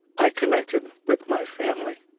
i connected with my family